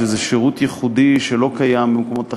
שזה שירות ייחודי שלא קיים במקומות אחרים,